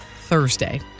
Thursday